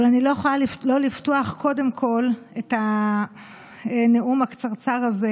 אבל אני לא יכולה שלא לפתוח את הנאום הקצרצר הזה